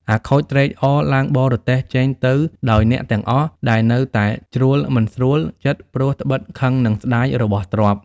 អាខូចត្រេកអរឡើងបរទេះចេញទៅដោយអ្នកទាំងអស់ដែលនៅតែជ្រួលមិនស្រួលចិត្ដព្រោះត្បិតខឹងនិងស្ដាយរបស់ទ្រព្យ។